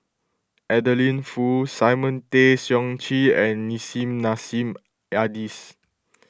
Adeline Foo Simon Tay Seong Chee and Nissim Nassim Adis